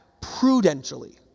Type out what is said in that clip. prudentially